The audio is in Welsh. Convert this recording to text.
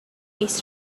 mis